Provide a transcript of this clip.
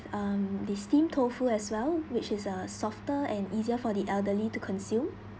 um the steam tofu as well which is a softer and easier for the elderly to consume